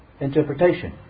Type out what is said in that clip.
interpretation